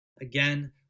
Again